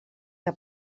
que